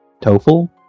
TOEFL